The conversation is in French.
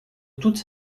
toute